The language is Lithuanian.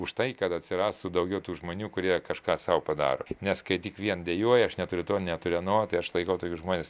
už tai kad atsirastų daugiau tų žmonių kurie kažką sau padaro nes skaityk vien dejuoja aš neturiu to neturiu ano tai aš laikau tokius žmones